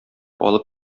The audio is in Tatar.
алып